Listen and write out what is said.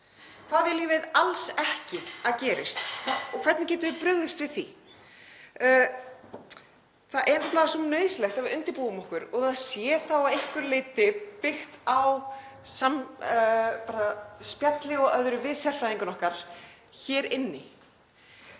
Hvað viljum við alls ekki að gerist og hvernig getum við brugðist við því? Það er svo nauðsynlegt að við undirbúum okkur og það sé þá að einhverju leyti byggt á spjalli og öðru við sérfræðinga okkar hér inni.